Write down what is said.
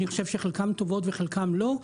אני חושב שחלקן טובות וחלקן לא.